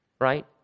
right